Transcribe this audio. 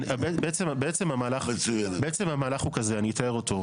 בעצם המהלך הוא כזה, אני אתאר אותו.